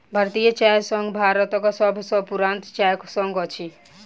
भारतीय चाय संघ भारतक सभ सॅ पुरान चाय संघ अछि